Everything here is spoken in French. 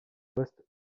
poste